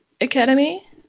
Academy